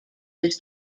was